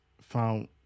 found